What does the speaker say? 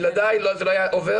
בלעדיי זה לא היה עובר,